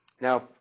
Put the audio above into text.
Now